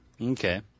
Okay